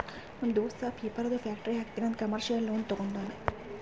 ನಮ್ ದೋಸ್ತ ಪೇಪರ್ದು ಫ್ಯಾಕ್ಟರಿ ಹಾಕ್ತೀನಿ ಅಂತ್ ಕಮರ್ಶಿಯಲ್ ಲೋನ್ ತೊಂಡಾನ